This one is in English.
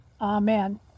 Amen